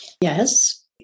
Yes